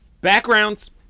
Backgrounds